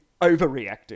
overreacting